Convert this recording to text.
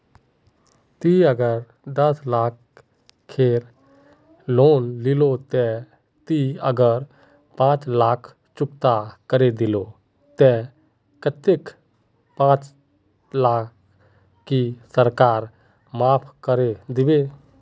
ती अगर दस लाख खेर लोन लिलो ते ती अगर पाँच लाख चुकता करे दिलो ते कतेक पाँच लाख की सरकार माप करे दिबे?